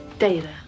Data